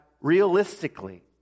realistically